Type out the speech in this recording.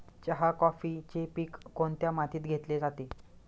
चहा, कॉफीचे पीक कोणत्या मातीत घेतले जाते?